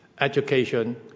Education